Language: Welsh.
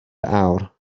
awr